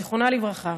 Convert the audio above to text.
זיכרונה לברכה,